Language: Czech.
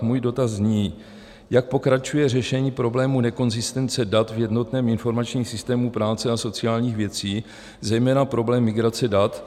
Můj dotaz zní: Jak pokračuje řešení problému nekonzistence dat v jednotném informačním systému práce a sociálních věcí, zejména problém migrace dat?